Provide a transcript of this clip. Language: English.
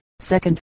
second